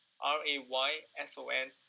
R-A-Y-S-O-N